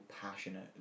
passionate